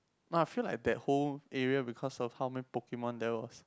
no I feel like that whole area because of how many Pokemon there was